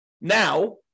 now